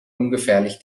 ungefährlich